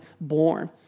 born